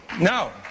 No